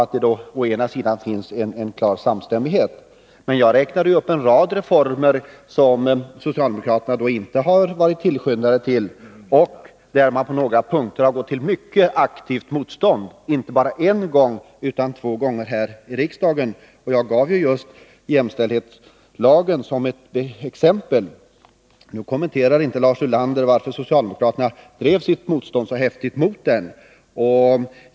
Det kan tyda på att det finns en klar samstämmighet. Men jag räknade ju upp en rad reformer, som socialdemokraterna inte har varit tillskyndare till och där de på några punkter har gått till mycket aktivt motstånd, inte bara en gång utan två gånger här i riksdagen. Jag nämnde just jämställdhetslagen såsom exempel. Nu kommenterar inte Lars Ulander varför socialdemokraterna drev sitt motstånd mot den så häftigt.